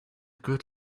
good